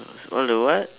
all the what